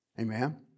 Amen